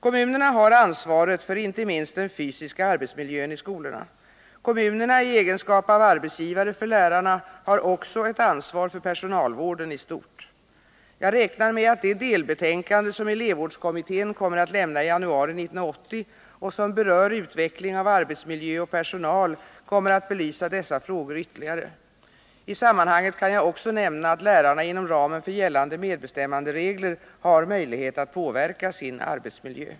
Kommunerna har ansvaret för inte minst den fysiska arbetsmiljön i skolorna. Kommunerna i egenskap av arbetsgivare för lärarna har också ett ansvar för personalvården i stort. Jag räknar med att det delbetänkande som elevvårdskommittén kommer att lämna i januari 1980 och som berör utveckling av arbetsmiljö och personal kommer att belysa dessa frågor ytterligare. I sammanhanget kan jag också nämna att lärarna inom ramen för gällande medbestämmanderegler har möjlighet att påverka sin arbetsmiljö.